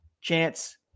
chance